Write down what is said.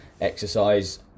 exercise